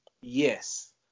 Yes